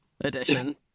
edition